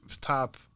top